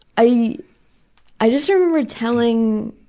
i i just remember telling